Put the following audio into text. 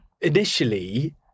Initially